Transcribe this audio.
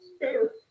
better